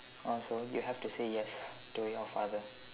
oh so you have to say yes to your father